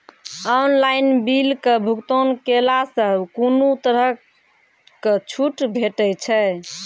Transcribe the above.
Online बिलक भुगतान केलासॅ कुनू तरहक छूट भेटै छै?